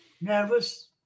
nervous